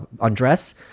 undress